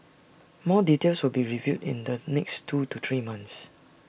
more details will be revealed in the next two to three months